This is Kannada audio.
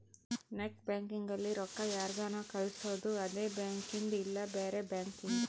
ನೆಟ್ ಬ್ಯಾಂಕಿಂಗ್ ಅಲ್ಲಿ ರೊಕ್ಕ ಯಾರ್ಗನ ಕಳ್ಸೊದು ಅದೆ ಬ್ಯಾಂಕಿಂದ್ ಇಲ್ಲ ಬ್ಯಾರೆ ಬ್ಯಾಂಕಿಂದ್